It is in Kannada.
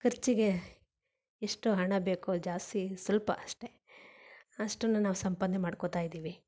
ಖರ್ಚಿಗೆ ಎಷ್ಟು ಹಣ ಬೇಕೋ ಜಾಸ್ತಿ ಸ್ವಲ್ಪ ಅಷ್ಟೇ ಅಷ್ಟನ್ನೂ ನಾವು ಸಂಪಾದನೆ ಮಾಡ್ಕೋತಾ ಇದೀವಿ